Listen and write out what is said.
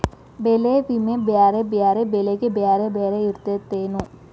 ಬೆಳೆ ವಿಮಾ ಬ್ಯಾರೆ ಬ್ಯಾರೆ ಬೆಳೆಗೆ ಬ್ಯಾರೆ ಬ್ಯಾರೆ ಇರ್ತೇತೆನು?